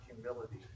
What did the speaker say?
humility